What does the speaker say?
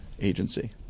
Agency